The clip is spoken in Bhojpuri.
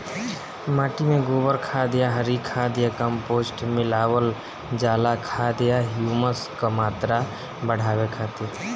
माटी में गोबर खाद या हरी खाद या कम्पोस्ट मिलावल जाला खाद या ह्यूमस क मात्रा बढ़ावे खातिर?